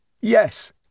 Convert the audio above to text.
Yes